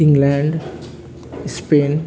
England Spain